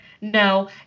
No